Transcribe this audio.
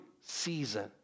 season